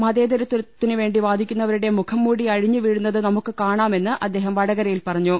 മതേതരത്വത്തിന് വേണ്ടി വാദിക്കുന്നവരുടെ മുഖം മൂടി അഴിഞ്ഞുവീഴുന്നത് നമുക്ക് കാണാമെന്ന് അദ്ദേഹം വടകര യിൽ പറഞ്ഞു